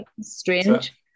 strange